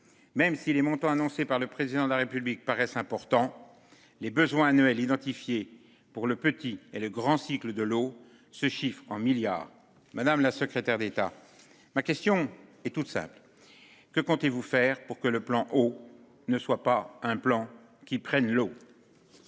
Même si les montants annoncés par le président de la République paraissent importants les besoins annuels identifié pour le petit et le grand cycle de l'eau se chiffrent en milliards. Madame la secrétaire d'État. Ma question est toute simple. Que comptez-vous faire pour que le plan oh ne soit pas un plan qui prennent l'eau.